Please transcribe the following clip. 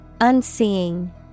Unseeing